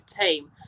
team